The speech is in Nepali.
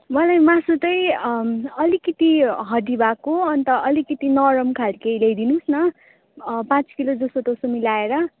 मलाई मासु चाहिँ अलिकति हड्डी भएको अन्त अलिकति नरम खालकै ल्याइदिनुहोस् न पाँच किलो जसोतसो मिलाएर